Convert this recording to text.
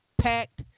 packed